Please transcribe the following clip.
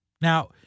Now